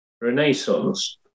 Renaissance